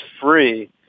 free